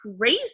crazy